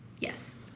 Yes